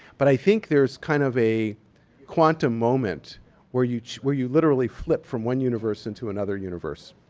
but i think there's kind of a quantum moment where you where you literally flip from one universe into another universe.